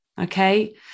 okay